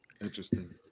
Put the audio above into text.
Interesting